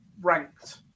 ranked